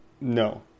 No